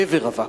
גבר רווק,